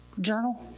journal